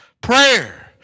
Prayer